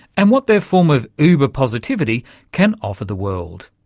and what their form of uber-positivity can offer the world.